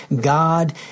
God